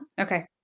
Okay